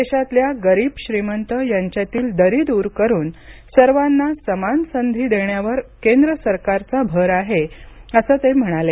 देशातल्या गरीब श्रीमंत यांच्यातली दरी दूर करून सर्वांना समान संधी देण्यावर केंद्र सरकारचा भर आहे असं ते म्हणाले